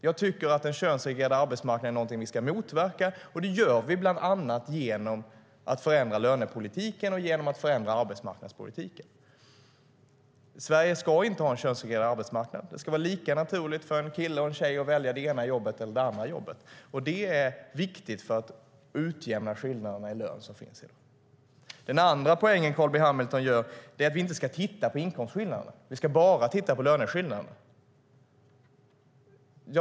Jag tycker att den könssegregerade arbetsmarknaden är något som vi ska motverka, och det gör vi bland annat genom att förändra lönepolitiken och arbetsmarknadspolitiken. Sverige ska inte ha en könssegregerad arbetsmarknad. Det ska vara lika naturligt för en kille och en tjej att välja det ena eller det andra jobbet. Det är viktigt för att utjämna de skillnader i lön som finns i dag. Den andra poäng som Carl B Hamilton gör att vi inte ska titta på inkomstskillnaderna utan bara titta på löneskillnaderna.